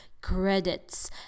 credits